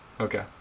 Okay